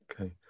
Okay